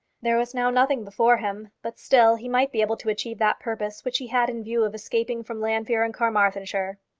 there was now nothing before him but still he might be able to achieve that purpose which he had in view of escaping from llanfeare and carmarthenshire.